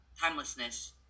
timelessness